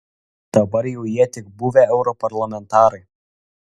dabar jau jie tik buvę europarlamentarai